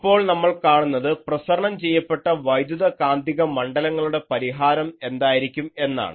ഇപ്പോൾ നമ്മൾ കാണുന്നത് പ്രസരണം ചെയ്യപ്പെട്ട വൈദ്യുത കാന്തിക മണ്ഡലങ്ങളുടെ പരിഹാരം എന്തായിരിക്കും എന്നാണ്